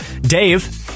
Dave